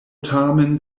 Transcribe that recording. tamen